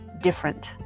different